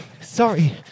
Sorry